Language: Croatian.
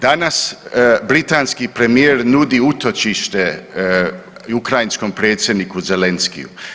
Danas britanski premijer nudi utočište ukrajinskom predsjedniku Zelenskiju.